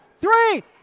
three